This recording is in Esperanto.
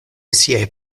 siaj